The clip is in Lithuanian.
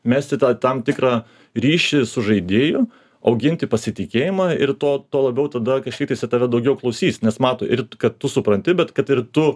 megzti tą tam tikrą ryšį su žaidėju auginti pasitikėjimą ir to tuo labiau tadakažkiek tai jisai tave daugiau klausys nes mato ir kad tu supranti bet kad ir tu